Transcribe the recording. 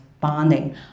bonding